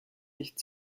nicht